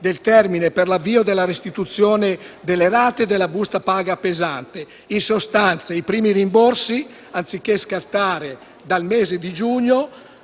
del termine per l'avvio della restituzione delle rate della busta paga pesante: in sostanza, i primi rimborsi, anziché scattare dal mese di giugno,